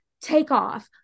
takeoff